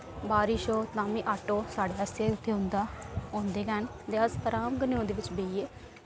बारिश हो ताम्मी आटो साढ़े आस्तै उत्थै औंदा होंदे गै न ते अस आराम कन्नै उदे बिच बेहियै